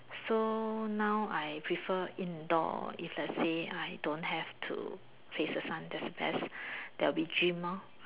so now I prefer indoor if let's say I don't have to face the sun that's best that'll be gym lor